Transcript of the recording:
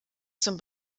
zum